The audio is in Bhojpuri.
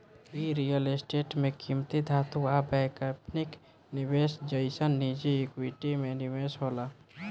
इ रियल स्टेट में किमती धातु आ वैकल्पिक निवेश जइसन निजी इक्विटी में निवेश होला